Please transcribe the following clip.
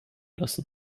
lassen